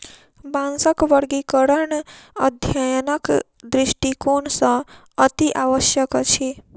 बाँसक वर्गीकरण अध्ययनक दृष्टिकोण सॅ अतिआवश्यक अछि